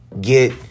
get